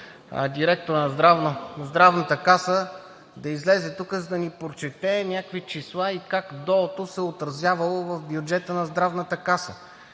директорът на Здравната каса да излезе тук, за да ни прочете някакви числа и как ДДО се отразявало в бюджета на Здравната каса.